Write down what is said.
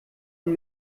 und